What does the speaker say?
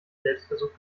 selbstversuch